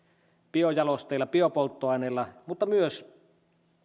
biojalosteilla biopolttoaineilla mutta myös